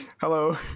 Hello